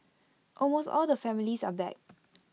almost all the families are back